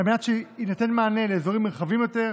על מנת לתת מענה לאזורים נרחבים יותר,